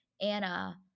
Anna